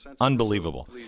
Unbelievable